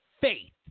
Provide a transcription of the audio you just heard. faith